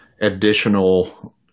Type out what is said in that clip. additional